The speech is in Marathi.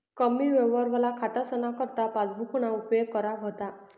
कमी यवहारवाला खातासना करता पासबुकना उपेग करा व्हता